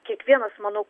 kiekvienas manau